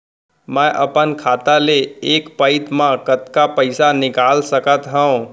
मैं अपन खाता ले एक पइत मा कतका पइसा निकाल सकत हव?